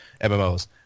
mmos